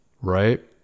right